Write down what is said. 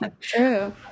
true